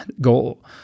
goal